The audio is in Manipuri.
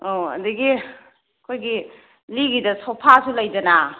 ꯑꯧ ꯑꯗꯒꯤ ꯑꯩꯈꯣꯏꯒꯤ ꯂꯤꯒꯤꯗ ꯁꯣꯐꯥꯁꯨ ꯂꯩꯗꯅ